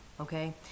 okay